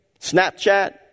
Snapchat